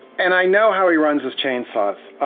and i know how he runs his chainsaws.